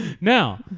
now